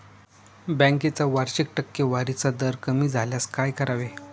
बँकेचा वार्षिक टक्केवारीचा दर कमी झाल्यास काय करावे?